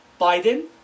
Biden